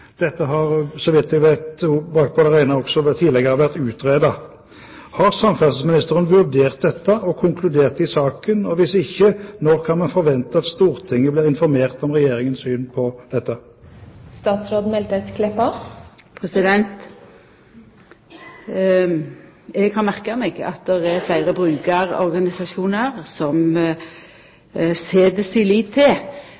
Dette har, så vidt jeg har brakt på det rene, også tidligere vært utredet. Har samferdselsministeren vurdert dette og konkludert i saken? Og hvis ikke: Når kan man forvente at Stortinget blir informert om Regjeringens syn på dette? Eg har merka meg at det er fleire brukarorganisasjonar som